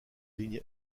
ligne